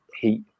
heat